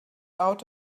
out